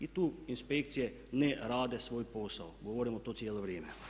I tu inspekcije ne rade svoj posao, govorimo to cijelo vrijeme.